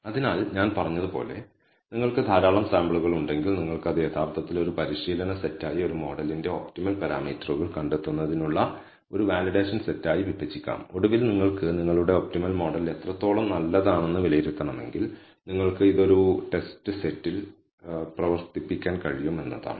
അതിനാൽ ഞാൻ പറഞ്ഞതുപോലെ നിങ്ങൾക്ക് ധാരാളം സാമ്പിളുകൾ ഉണ്ടെങ്കിൽ നിങ്ങൾക്ക് അത് യഥാർത്ഥത്തിൽ ഒരു പരിശീലന സെറ്റായി ഒരു മോഡലിന്റെ ഒപ്റ്റിമൽ പാരാമീറ്ററുകൾ കണ്ടെത്തുന്നതിനുള്ള ഒരു വാലിഡേഷൻ സെറ്റായി വിഭജിക്കാം ഒടുവിൽ നിങ്ങൾക്ക് നിങ്ങളുടെ ഒപ്റ്റിമൽ മോഡൽ എത്രത്തോളം നല്ലത് ആണെന്ന് വിലയിരുത്തണമെങ്കിൽ നിങ്ങൾക്ക് ഇത് ഒരു ടെസ്റ്റ് സെറ്റിൽ പ്രവർത്തിപ്പിക്കാൻ കഴിയും എന്നതാണ്